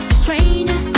strangers